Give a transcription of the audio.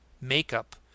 makeup